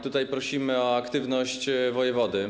Tutaj prosimy o aktywność wojewody.